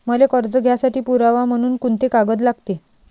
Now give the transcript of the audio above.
मले कर्ज घ्यासाठी पुरावा म्हनून कुंते कागद लागते?